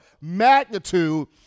magnitude